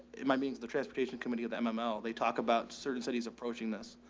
it might means the transportation committee of the um mml they talk about certain cities approaching this.